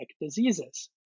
diseases